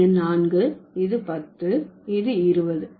இது 4 இது 10 இது 20